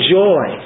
joy